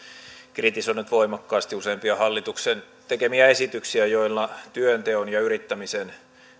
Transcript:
kritisoinut voimakkaasti useimpia hallituksen tekemiä esityksiä joilla työnteon ja yrittämisen